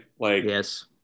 Yes